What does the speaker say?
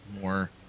more